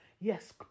Yes